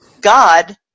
God